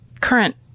current